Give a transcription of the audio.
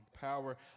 power